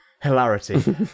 hilarity